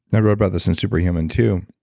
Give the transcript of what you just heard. and i wrote about this in super human, too,